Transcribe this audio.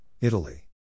Italy